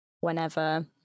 whenever